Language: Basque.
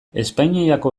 espainiako